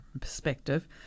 perspective